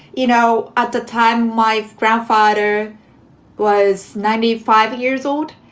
you know, at the time my grandfather was ninety five years old.